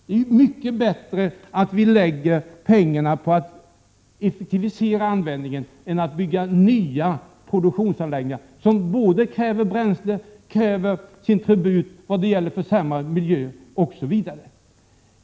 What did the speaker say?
Det är mycket bättre att vi lägger pengarna på att effektivisera användningen än att bygga nya produktionsanläggningar som kräver både bränsle och sin tribut vad gäller försämrad miljö, osv.